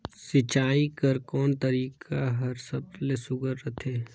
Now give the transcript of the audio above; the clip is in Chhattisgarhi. सिंचाई कर कोन तरीका हर सबले सुघ्घर रथे?